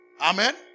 Amen